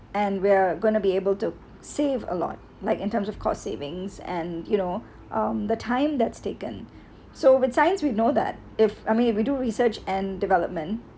and we're gonna be able to save a lot like in terms of cost savings and you know um the time that's taken so with science we know that if I mean if you do research and development